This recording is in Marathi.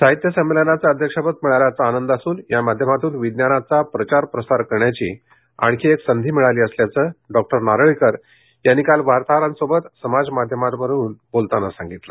साहित्य संमेलनाचं अध्यक्षपद मिळाल्याचा आनंद असून या माध्यमातून विज्ञानाचा प्रचार प्रसार करण्याची आणखी एक संधी मिळाली असल्याचं डॉक्टर नारळीकर यांनी काल वार्ताहरांशी समाज माध्यमांवरून बोलताना सांगितलं